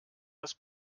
das